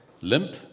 limp